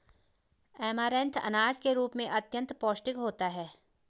amaranth अनाज के रूप में अत्यंत पौष्टिक होता है